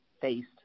faced